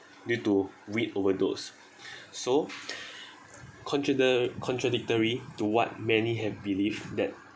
due to weed overdose so contrada~ contradictory to what many have believed that